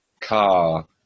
car